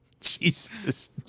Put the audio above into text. Jesus